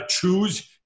Choose